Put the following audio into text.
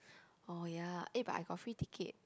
orh ya eh but I got free ticket